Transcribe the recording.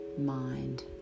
mind